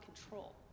control